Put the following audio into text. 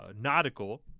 nautical